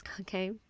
Okay